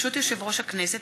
ברשות יושב-ראש הכנסת,